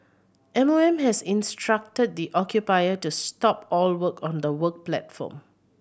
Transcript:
M O M has instructed the occupier to stop all work on the work platform